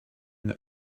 that